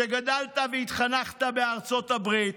גדלת והתחנכת בארצות הברית,